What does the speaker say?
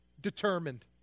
determined